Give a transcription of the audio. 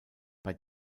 bei